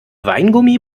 weingummi